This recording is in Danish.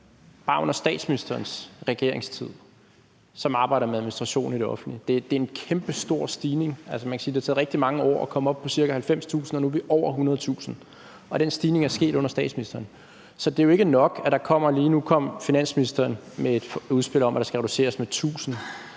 bare i statsministerens regeringstid, som arbejder med administration i det offentlige. Det er en kæmpestor stigning. Altså, man kan sige, at det har taget rigtig mange år at komme op på ca. 90.000, og nu er vi over 100.000, og den stigning er sket under statsministeren. Finansministeren er lige kommet med et udspil om, at der skal reduceres med 1.000,